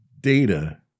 data